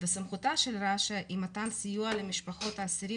וסמכותה של רש"א היא מתן סיוע למשפחות האסירים